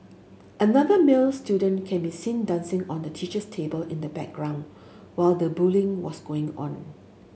another male student can be seen dancing on the teacher's table in the background while the bullying was going on